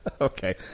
Okay